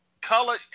color